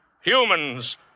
Humans